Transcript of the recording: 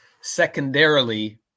secondarily